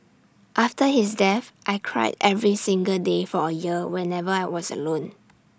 after his death I cried every single day for A year whenever I was alone